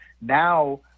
now